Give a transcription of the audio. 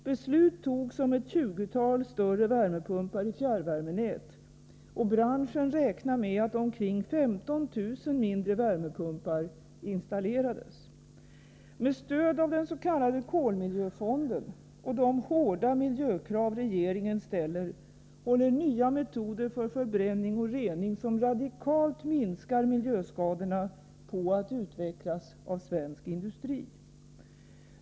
Beslut fattades om ett tjugotal större värmepumpar i fjärrvärmenät, och branschen räknar med att omkring 15 000 mindre värmepumpar installerades. Med stöd av den s.k. kolmiljöfonden och de hårda miljökrav regeringen ställer håller nya metoder för förbränning och rening på att utvecklas av svensk industri. Dessa metoder minskar miljöskadorna radikalt.